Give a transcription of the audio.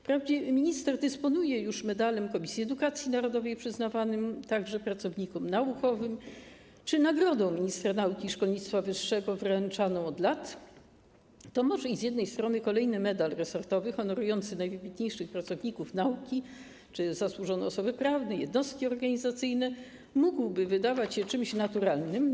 Wprawdzie minister dysponuje już Medalem Komisji Edukacji Narodowej, przyznawanym także pracownikom naukowym, czy Nagrodą Ministra Nauki i Szkolnictwa Wyższego wręczaną od lat, więc z jednej strony kolejny medal resortowy honorujący najwybitniejszych pracowników nauki czy zasłużone osoby prawne, jednostki organizacyjne mógłby wydawać się czymś naturalnym.